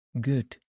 Good